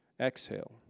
Exhale